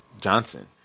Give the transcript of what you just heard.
Johnson